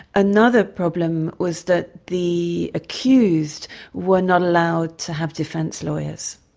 another problem was that the accused were not allowed to have defence lawyers.